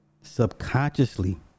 subconsciously